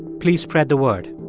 please spread the word